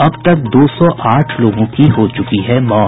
अब तक दो सौ आठ लोगों की हो चुकी है मौत